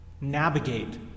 navigate